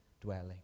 dwelling